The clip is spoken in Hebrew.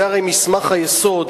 זה הרי מסמך היסוד,